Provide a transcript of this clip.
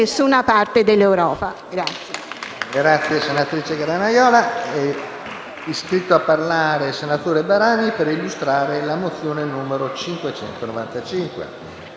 Grazie